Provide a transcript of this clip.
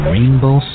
Rainbow